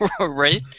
right